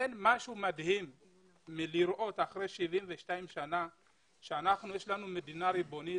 אין משהו מדהים מלראות אחרי 72 שנים שיש לנו מדינה ריבונית,